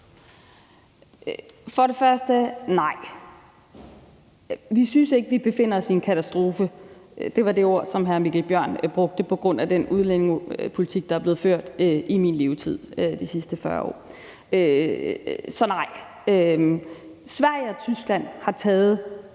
vil jeg først sige. Vi synes ikke, vi befinder os i en katastrofe – det var det ord, som hr. Mikkel Bjørn brugte – på grund af den udlændingepolitik, der er blevet ført i min levetid, de sidste 40 år, så nej. Sverige og Tyskland har taget